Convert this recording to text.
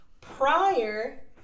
prior